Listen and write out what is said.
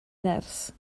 nerth